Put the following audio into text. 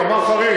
זה דבר חריג.